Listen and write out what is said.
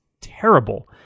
terrible